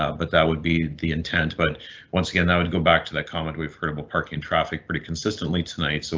ah but that would be the intent. but once again, that would go back to that comment. we've heard about parking traffic pretty consistently tonight, so